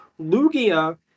Lugia